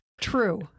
True